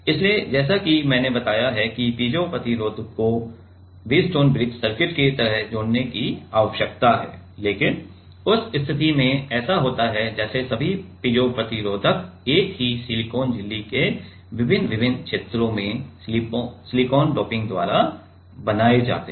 इसलिए जैसा कि मैंने बताया कि पीजो प्रतिरोध को व्हीटस्टोन ब्रिज सर्किट की तरह जोड़ने की आवश्यकता है लेकिन उस स्थिति में ऐसा होता है जैसे सभी पीजो प्रतिरोधक एक ही सिलिकॉन झिल्ली के विभिन्न विभिन्न क्षेत्रों में सिलिकॉन डोपिंग द्वारा बनाए जाते हैं